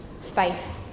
faith